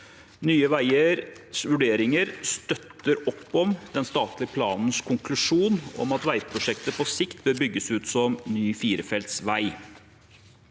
Nye veiers vurderinger støtter opp om den statlige planens konklusjon om at veiprosjekter på sikt bør bygges ut som ny firefelts vei.